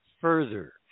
further